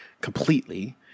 completely